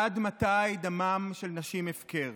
עד מתי דמן של נשים יהיה הפקר?